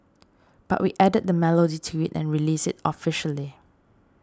but we added the melody to it and released it officially